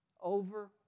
over